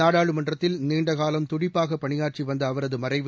நாடாளுமன்றத்தில் நீண்டகாலம் துடிப்பாக பணியாற்றி வந்த அவரது மறைவு